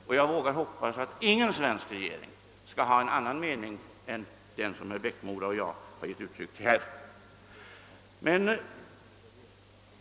Jag vågar också hoppas att ingen svensk regering skall komma att ha någon annan mening än den som herr Eriksson i Bäckmora och jag gett uttryck för i dag.